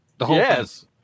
Yes